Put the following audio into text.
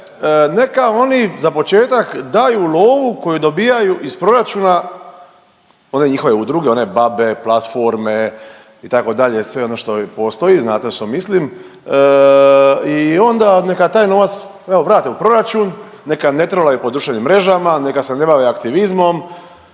neka oni za početak daju lovu koju dobijaju iz proračuna one njihove udruge, one Babe, Platforme itd. sve ono što postoji znate na što mislim i onda neka taj novac evo vrate u proračun, neka ne trolaju po društvenim mrežama, neka se ne bave aktivizmom,